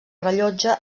rellotge